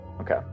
Okay